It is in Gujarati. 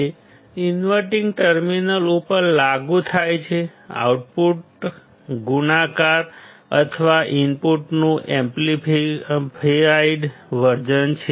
તે ઇન્વર્ટીંગ ટર્મિનલ ઇનપુટ ઉપર લાગુ થાય છે આઉટપુટ ગુણાકાર અથવા ઇનપુટનું એમ્પ્લીફાઇડ વર્ઝન હશે